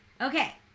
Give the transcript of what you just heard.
Okay